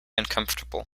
uncomfortable